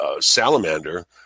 salamander